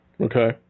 Okay